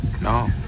No